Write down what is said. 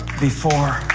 before?